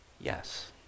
Yes